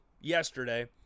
yesterday